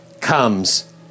comes